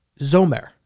zomer